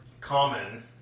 common